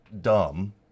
dumb